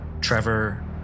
Trevor